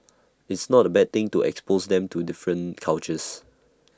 it's not A bad thing to expose them to different cultures